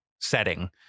setting